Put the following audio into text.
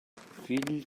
fill